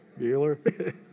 Bueller